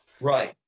Right